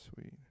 sweet